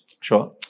Sure